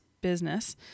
business